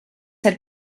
had